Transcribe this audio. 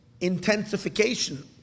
intensification